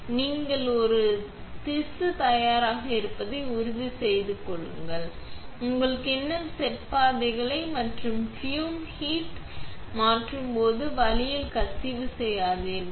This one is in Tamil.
இங்கே நீங்கள் ஒரு திசு தயாராக இருப்பதை உறுதி செய்து கொள்ளுங்கள் எனவே நீங்கள் உங்கள் கிண்ணம் செட் பாதைகளை மற்ற பியும் ஹூட் மீது மாற்றும் போது வழியில் கசிவு செய்யாதீர்கள்